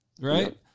right